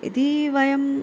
यदि वयम्